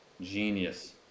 genius